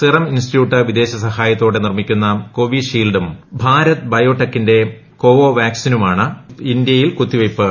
serum institute വിദേശസഹായത്തോടെ നിർമിക്കുന്ന കോവിഷീൾഡും ഭാരത് ബയോടെക്കിന്റെ കോവാക്സിനുമാണ് നിലവിൽ ഇന്ത്യയിൽ കുത്തിവയ്ക്കുന്നത്